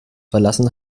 verlassen